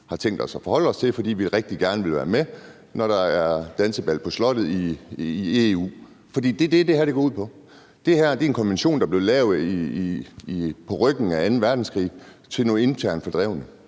har tænkt sig at forholde sig til, fordi de rigtig gerne vil være med, når der er dansebal på slottet i EU. For det er det, det her går ud på. Det her er en konvention, der blev lavet på ryggen af anden verdenskrig til nogle internt fordrevne,